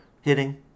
Hitting